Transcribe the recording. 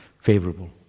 favorable